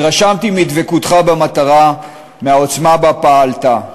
התרשמתי מדבקותך במטרה, מהעוצמה שבה פעלת,